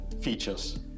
features